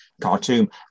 Khartoum